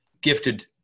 gifted